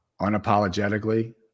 unapologetically